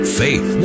faith